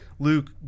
Luke